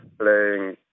playing